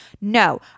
no